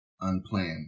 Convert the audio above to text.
Unplanned